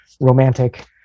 romantic